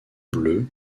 bleu